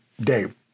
Dave